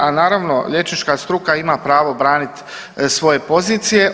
A naravno liječnika struka ima pravo braniti svoje pozicije.